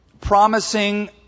promising